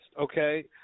okay